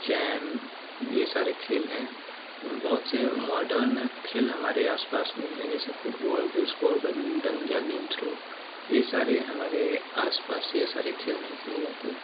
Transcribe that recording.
चैन यह सारे खेल हैं बहुत से मॉडर्न खेल हमारे आस पास नहीं हैं जैसे football baseball badminton javelin throw यह सारे हमारे आस पास यह सारे खेल नहीं खेले जाते